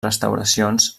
restauracions